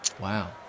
Wow